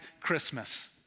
Christmas